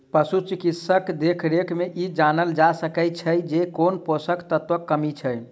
पशु चिकित्सकक देखरेख मे ई जानल जा सकैत छै जे कोन पोषण तत्वक कमी छै